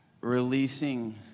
releasing